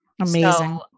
Amazing